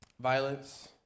violence